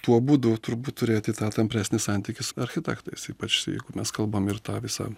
tuo būdu turbūt turėti tą tampresnį santykį su architektais ypač jeigu mes kalbam ir tą visą